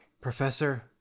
professor